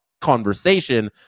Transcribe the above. conversation